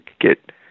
get